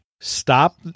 stop